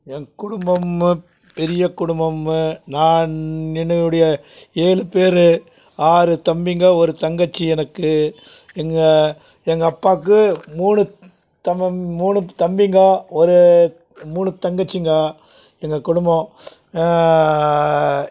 என் குடும்பம் பெரிய குடும்பம் நான் என்னுடைய ஏழு பேர் ஆறு தம்பிங்க ஒரு தங்கச்சி எனக்கு எங்கள் எங்கள் அப்பாக்கு மூணு தம் மூணு தம்பிங்க ஒரு மூணு தங்கச்சிங்க எங்கள் குடும்பம்